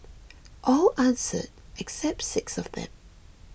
all answered except six of them